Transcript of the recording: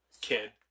kid